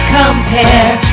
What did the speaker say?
compare